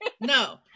No